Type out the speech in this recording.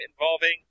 involving